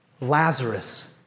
Lazarus